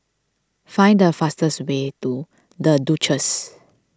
find the fastest way to the Duchess